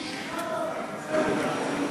מיקי, שכנעת אותנו, בסדר.